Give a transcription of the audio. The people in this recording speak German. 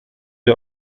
der